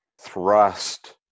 thrust